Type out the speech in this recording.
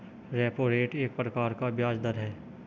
repo rate एक प्रकार का ब्याज़ दर है